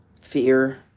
fear